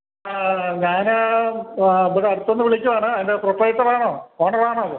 ഞാന് ഇവിടെ അടുത്തുനിന്നു വിളിക്കുകയാണ് അതിൻ്റെ പ്രോപ്രൈറ്റർ ആണോ ഓണർ ആണോ ഇത്